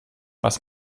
was